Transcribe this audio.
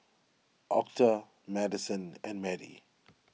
Octa Madyson and Madie